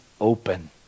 open